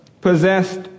possessed